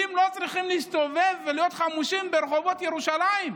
שיהודים לא צריכים להסתובב ולהיות חמושים ברחובות ירושלים.